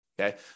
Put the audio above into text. okay